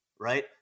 right